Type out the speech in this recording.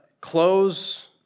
close